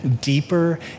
deeper